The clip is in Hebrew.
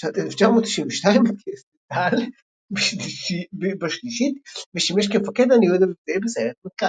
בשנת 1992 התגייס לצה"ל בשלישית ושימש כמפקד הניוד המבצעי בסיירת מטכ"ל.